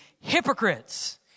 hypocrites